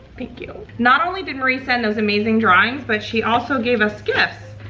thank you. not only did marie send those amazing drawings, but she also gave us gifts.